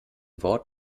wort